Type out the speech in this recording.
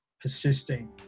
persisting